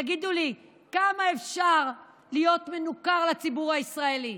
תגידו לי, כמה אפשר להיות מנוכר לציבור הישראלי?